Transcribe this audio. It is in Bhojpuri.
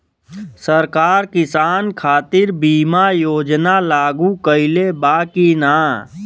सरकार किसान खातिर बीमा योजना लागू कईले बा की ना?